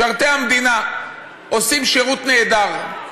משרתי המדינה, עושים שירות נהדר.